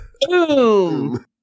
Boom